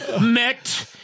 met